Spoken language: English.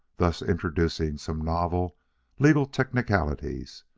thus introducing some novel legal technicalities,